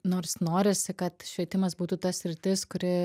nors norisi kad švietimas būtų ta sritis kuri